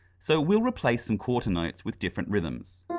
so we'll replace some quarter notes with different rhythms.